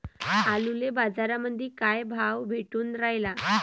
आलूले बाजारामंदी काय भाव भेटून रायला?